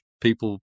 people